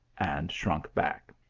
and shrunk back.